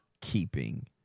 keeping